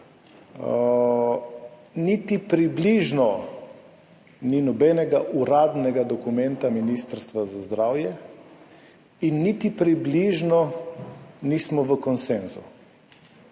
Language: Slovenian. Niti približno ni nobenega uradnega dokumenta Ministrstva za zdravje in niti približno nismo v konsenzu.